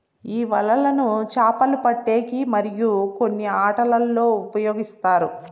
ఈ వలలను చాపలు పట్టేకి మరియు కొన్ని ఆటలల్లో ఉపయోగిస్తారు